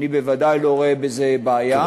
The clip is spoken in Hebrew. אני ודאי לא רואה בזה בעיה,